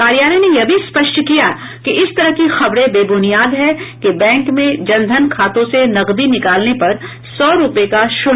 कार्यालय ने यह भी स्पष्ट किया है कि इस तरह की खबरें बेबुनियाद हैं कि बैंक में जन धन खातों से नकदी निकालने पर सौ रूपये का शुल्क लगेगा